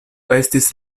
estis